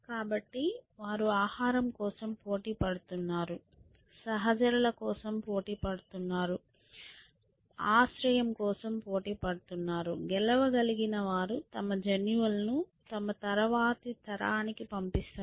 కాబట్టి వారు ఆహారం కోసం పోటీ పడుతున్నారు సహచరుల కోసం పోటీ పడుతున్నారు ఆశ్రయం కోసం పోటీ పడుతున్నారు గెలవగలిగిన వారు తమ జన్యువులను తరువాతి తరానికి పంపిస్తారు